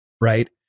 right